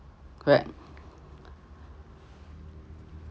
correct